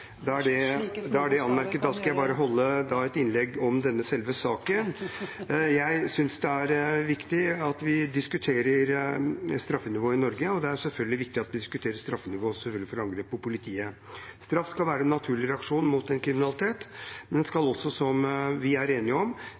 Da skal jeg holde et innlegg om selve saken. Jeg synes det er viktig at vi diskuterer straffenivået i Norge, og det er selvfølgelig viktig at vi diskuterer straffenivået for angrep på politiet. Straff skal være en naturlig reaksjon mot en kriminalitet, men den skal også, som vi er enige om,